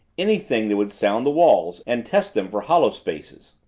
anything that would sound the walls and test them for hollow spaces.